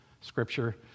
scripture